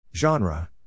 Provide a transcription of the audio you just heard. Genre